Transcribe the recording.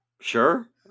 Sure